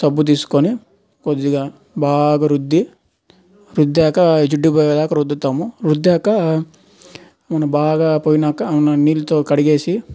సబ్బు తీసుకొని కొద్దిగా బాగా రుద్ది రుద్దాకా జిడ్డు పోయేదాకా రుద్దుతాము రుద్దాకా మన బాగా పోయాక నీళ్ళతో కడిగేసి